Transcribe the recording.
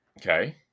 okay